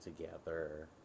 together